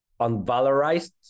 unvalorized